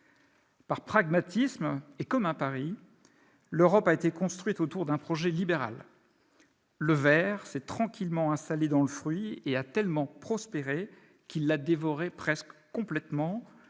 Par pragmatisme et comme un pari, l'Europe a été construite autour d'un projet libéral. Le ver s'est tranquillement installé dans le fruit et a tellement prospéré qu'il l'a dévoré presque complètement,